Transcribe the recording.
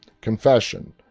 confession